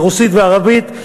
ברוסית וערבית,